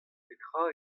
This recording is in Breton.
petra